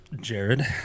Jared